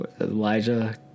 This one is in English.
Elijah